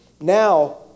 now